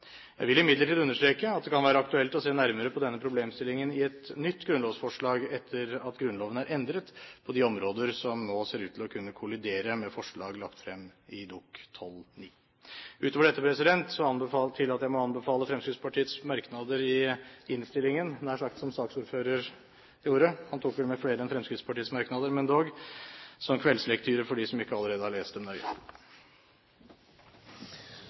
Jeg vil imidlertid understreke at det kan være aktuelt å se nærmere på denne problemstillingen i et nytt grunnlovsforslag etter at Grunnloven er endret på de områder som nå ser ut til å kunne kollidere med forslag lagt frem i Dokument nr. 12:9 for 2007–2008. Utover dette tillater jeg meg å anbefale Fremskrittspartiets merknader i innstillingen – som saksordføreren gjorde, nær sagt, han tok vel med flere enn Fremskrittspartiets merknader, men dog – som kveldslektyre for dem som ikke allerede har lest dem nøye.